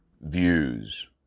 views